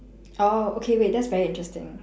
oh okay wait that's very interesting